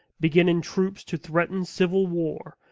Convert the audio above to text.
begin in troops to threaten civil war,